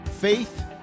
faith